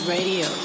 Radio